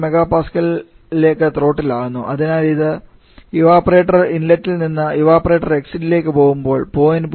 15 MPa ലേക്ക് ത്രോട്ടിലാകുന്നു അതിനാൽ ഇത് ഇവപൊറേറ്റർ ഇൻലെറ്റിൽ നിന്ന് ഇവപൊറേറ്റർ എക്സിറ്റിലേക്ക് പോകുമ്പോൾ 0